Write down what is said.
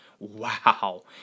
Wow